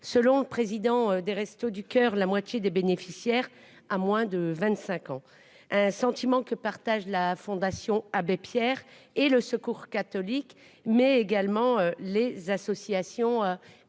selon le président des Restos du Coeur, la moitié des bénéficiaires à moins de 25 ans, un sentiment que partage la Fondation Abbé Pierre et le Secours catholique, mais également les associations